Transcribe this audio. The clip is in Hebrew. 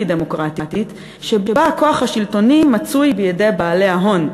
דמוקרטית שבה הכוח השלטוני מצוי בידי בעלי ההון".